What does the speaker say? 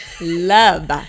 love